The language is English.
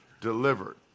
delivered